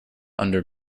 under